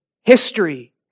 History